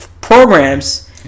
programs